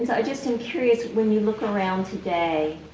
i just am curious, when you look around today,